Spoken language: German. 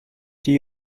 die